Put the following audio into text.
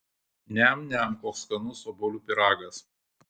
niam niam koks skanus obuolių pyragas